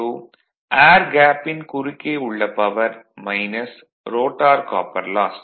Pm air கேப்பின் குறுக்கே உள்ள பவர் ரோட்டார் காப்பர் லாஸ்